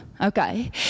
okay